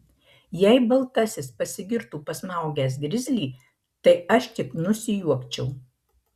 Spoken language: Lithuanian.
jei baltasis pasigirtų pasmaugęs grizlį tai aš tik nusijuokčiau